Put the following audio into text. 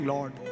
Lord